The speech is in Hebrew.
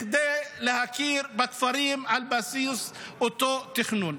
כדי להכיר בכפרים על בסיס אותו תכנון.